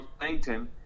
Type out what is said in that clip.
Langton